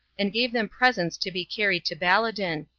and gave them presents to be carried to baladan,